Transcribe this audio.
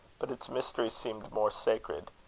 but its mystery seemed more sacred,